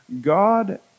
God